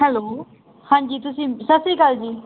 hello ਹਾਂਜੀ ਤੁਸੀਂ ਸਤਿ ਸ਼੍ਰੀ ਅਕਾਲ ਜੀ